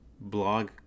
blog